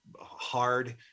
hard